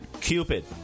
Cupid